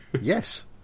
Yes